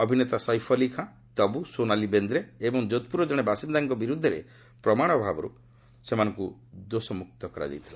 ଅଭିନେତା ସୈଫ୍ ଅଲ୍ଲୀ ଖାଁ ତବ୍ର ସୋନାଲୀ ବେନ୍ଦ୍ରେ ଏବଂ ଯୋଧପ୍ରରର ଜାଣ ବାସିନ୍ଦାଙ୍କ ବିର୍ଦ୍ଧରେ ପ୍ରମାଣ ଅଭାବରୁ ସେମାନଙ୍କୁ ଦୋଷମୁକ୍ତ କରାଯାଇଥିଲା